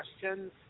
questions